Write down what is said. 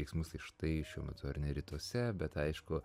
veiksmus tai štai šiuo metu ar ne rytuose bet aišku